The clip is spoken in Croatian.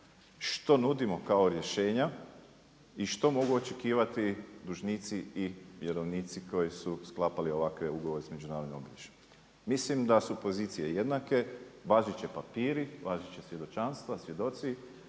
što nudimo kao rješenja i što mogu očekivati i dužnici i vjerovnici koji su sklapali ovakve ugovore s međunarodnim obilježjem. Mislim da su pozicije jednake, važeći papiri, važeća svjedočanstva, svjedoci